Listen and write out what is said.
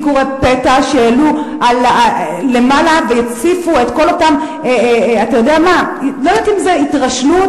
ביקורי פתע שהעלו למעלה והציפו את כל אותם אני לא יודעת אם זה התרשלות,